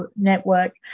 Network